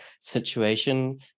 situation